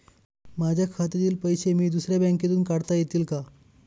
माझ्या खात्यातील पैसे मी दुसऱ्या बँकेतून काढता येतील का?